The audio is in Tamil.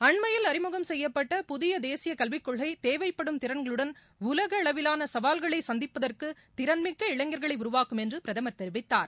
அண்மையில் அறிமுகம் செய்யப்பட்ட புதிய செதேசிய செகல்விக் கொள்கை தேவைப்படும் திறன்களுடன் உலக அளவிலான சவால்களை சந்திப்பதற்கு திறன்மிக்க இளைஞர்களை உருவாக்கும் என்று பிரதமர் தெரிவித்தார்